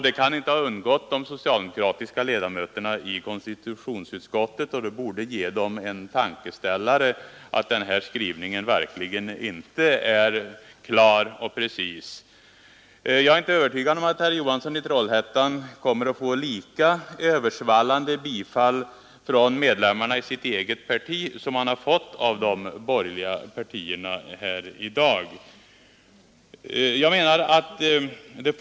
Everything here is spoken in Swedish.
Det kan inte ha undgått de socialdemokratiska ledamöterna i konstitutionsutskottet, och det borde ge dem en tankeställare. Jag är inte övertygad om att herr Johansson i Trollhättan får ett lika översvallande bifall från medlemmarna i sitt eget parti som han i dag har fått av representanterna för de borgerliga partierna.